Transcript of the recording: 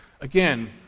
again